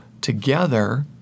together